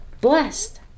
blessed